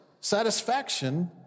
satisfaction